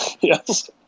Yes